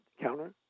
counter